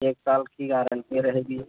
एक साल की गारंटी रहेगी